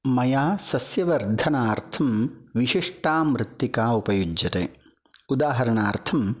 मया सस्यवर्धनार्थं विशिष्टा मृत्तिका उपयुज्यते उदाहरणार्थं